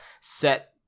set